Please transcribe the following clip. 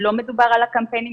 לא מדובר על הקמפיין.